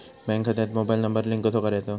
Bank खात्यात mobile number link कसो करायचो?